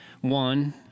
one